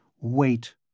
Wait